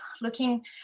looking